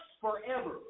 forever